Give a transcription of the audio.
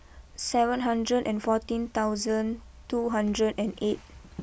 seven hundred and fourteen thousand two hundred and eight